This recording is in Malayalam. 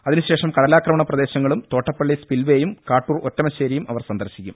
അതിന് ശേഷം കട ലാ ക്രമണ പ്രദേശങ്ങളും തോട്ട പ്പള്ളി സ്പിൽവേയും കാട്ടൂർ ഒറ്റമശ്ശേരിയും അവർ സന്ദർശിക്കും